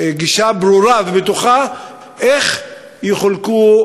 גישה ברורה ובטוחה איך יחלקו,